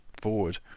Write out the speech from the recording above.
forward